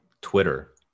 Twitter